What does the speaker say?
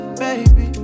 baby